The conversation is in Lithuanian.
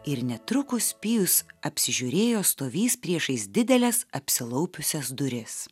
ir netrukus pijus apsižiūrėjo stovįs priešais dideles apsilaupiusias duris